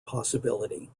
possibility